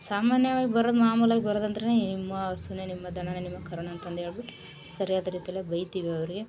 ಸಾಮಾನ್ಯವಾಗಿ ಬರೋದು ಮಾಮೂಲು ಆಗಿ ಬರೋದಂದ್ರೇಯೆ ನಿಮ್ಮ ಹಸುವೇ ನಿಮ್ಮ ದನವೇ ನಿಮ್ಮ ಕರುವೇ ಅಂತಂದು ಹೇಳ್ಬಿಟ್ಟು ಸರಿಯಾದ ರೀತಿಲಿ ಬೈತೀವಿ ಅವರಿಗೆ